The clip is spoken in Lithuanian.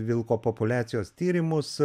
vilko populiacijos tyrimus